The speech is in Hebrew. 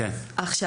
עכשיו,